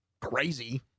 crazy